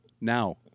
now